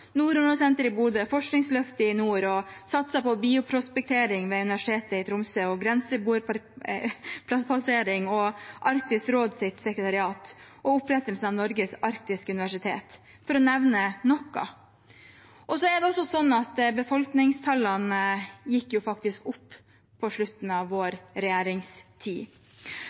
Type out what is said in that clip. i Bodø, forskningsløftet i nord. Vi satset på bioprospektering ved Universitetet i Tromsø, grenseboerpassering og Arktisk råds sekretariat og opprettelse av Norges arktiske universitet – for å nevne noe. Det er også sånn at befolkningstallene faktisk gikk opp på slutten av vår regjeringstid.